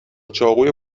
چاقوی